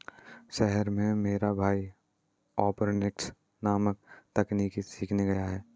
शहर में मेरा भाई एरोपोनिक्स नामक तकनीक सीखने गया है